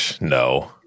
No